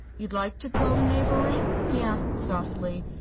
you'd like to go, mavourneen? he asked, softly.